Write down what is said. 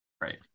right